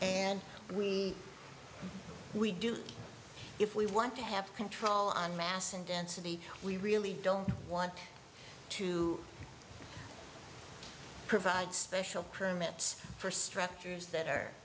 and we we do if we want to have control on mass and density we really don't want to provide special permits for structures that